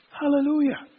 Hallelujah